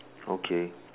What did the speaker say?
okay